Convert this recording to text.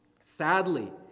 sadly